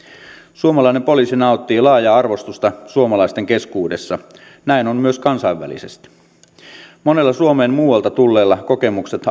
suomalainen poliisi nauttii laajaa arvostusta suomalaisten keskuudessa näin on myös kansainvälisesti monella suomeen muualta tulleella kokemukset